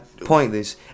pointless